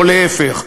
או להפך.